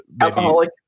Alcoholic